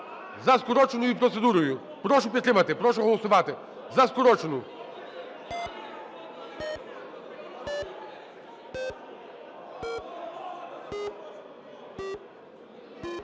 за скороченою процедурою. Прошу підтримати, прошу голосувати, за скорочену.